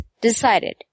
decided